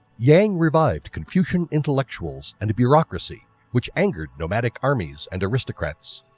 yang revived confucian intellectuals and bureaucracy which angered nomadic armies and aristocrats.